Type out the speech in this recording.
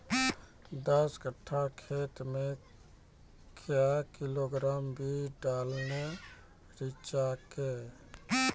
दस कट्ठा खेत मे क्या किलोग्राम बीज डालने रिचा के?